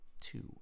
two